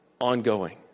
Ongoing